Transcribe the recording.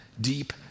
deep